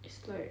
it's like